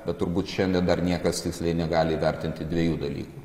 bet turbūt šiandien dar niekas tiksliai negali įvertinti dviejų dalykų